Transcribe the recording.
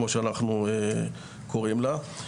כמו שאנחנו קוראים לה.